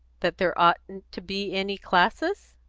that there oughtn't to be any classes?